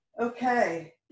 okay